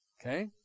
Okay